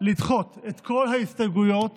לדחות את כל ההסתייגויות